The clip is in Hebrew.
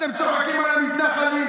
אתם צוחקים על המתנחלים,